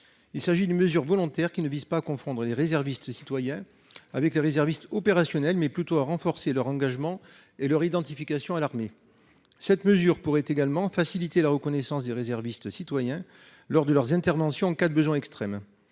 Il s'agit d'une mesure volontaire qui ne vise pas confondre les réservistes citoyen avec les réservistes opérationnels mais plutôt à renforcer leur engagement et leur identification à l'armée. Cette mesure pourrait également faciliter la reconnaissance des réservistes citoyen lors de leurs interventions en cas de besoin extrême.